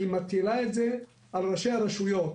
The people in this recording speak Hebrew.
היא מטילה את זה על ראשי הרשויות.